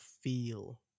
feel